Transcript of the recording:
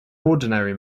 ordinary